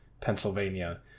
Pennsylvania